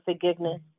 forgiveness